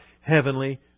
heavenly